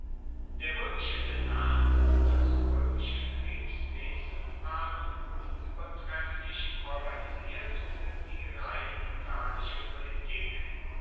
der roemische senat und das roemische kriegswesen waren unuebertrefflich organisiert fuer die rein italische politik